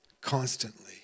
Constantly